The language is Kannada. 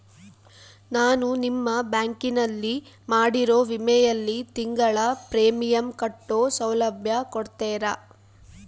ನಾನು ನಿಮ್ಮ ಬ್ಯಾಂಕಿನಲ್ಲಿ ಮಾಡಿರೋ ವಿಮೆಯಲ್ಲಿ ತಿಂಗಳ ಪ್ರೇಮಿಯಂ ಕಟ್ಟೋ ಸೌಲಭ್ಯ ಕೊಡ್ತೇರಾ?